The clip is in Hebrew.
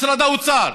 משרד האוצר.